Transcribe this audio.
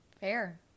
Fair